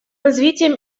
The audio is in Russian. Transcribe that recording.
развитием